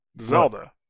Zelda